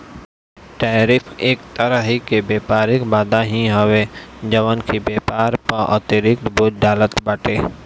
tariff एक तरही कअ व्यापारिक बाधा ही हवे जवन की व्यापार पअ अतिरिक्त बोझ डालत बाटे